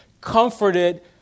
comforted